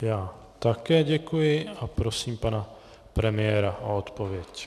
Já také děkuji a prosím pana premiéra o odpověď.